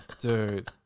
Dude